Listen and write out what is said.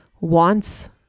wants